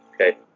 Okay